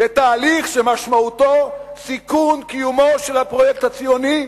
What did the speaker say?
לתהליך שמשמעותו סיכון קיומו של הפרויקט הציוני,